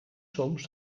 soms